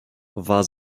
war